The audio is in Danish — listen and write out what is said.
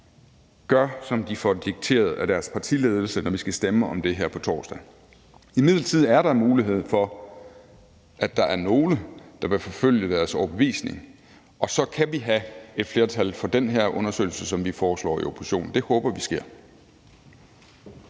gør, som de får dikteret af deres partiledelse, når vi skal stemme om det her på torsdag. Imidlertid er der en mulighed for, at der er nogle, der vil forfølge deres overbevisning, og så kan vi have et flertal for den her undersøgelse, som vi foreslår i oppositionen. Det håber vi sker.